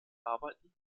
arbeiten